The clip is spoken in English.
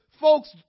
folks